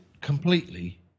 completely